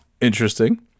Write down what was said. Interesting